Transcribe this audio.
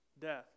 death